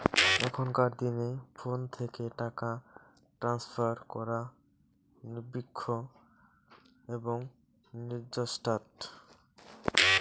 এখনকার দিনে ফোন থেকে টাকা ট্রান্সফার করা নির্বিঘ্ন এবং নির্ঝঞ্ঝাট